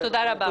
תודה רבה.